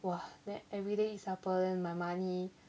!wah! then everyday eat supper then my money